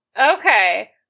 Okay